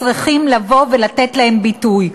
צריכים לבוא ולתת להם ביטוי.